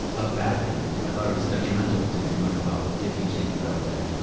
a bad thing to do. i thought it was detrimental to your mental health, if you stayed in bed all day.